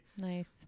Nice